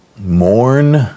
Mourn